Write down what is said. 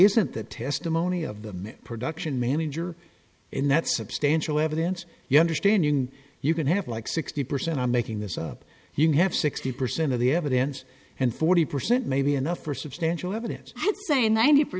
isn't the testimony of the production manager in that substantial evidence you understand you can you can have like sixty percent i'm making this up you have sixty percent of the evidence and forty percent may be enough for substantial evidence i'd say ninety